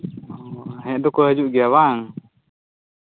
ᱦᱮᱡ ᱫᱚᱠᱚ ᱦᱤᱡᱩᱜ ᱜᱮᱭᱟ ᱵᱟᱝ